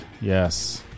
Yes